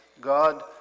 God